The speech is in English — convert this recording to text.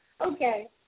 Okay